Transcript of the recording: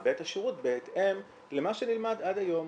את השירות בהתאם למה שנלמד עד היום.